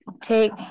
Take